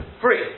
free